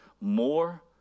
more